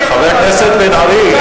חבר הכנסת בן-ארי,